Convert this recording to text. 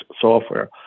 software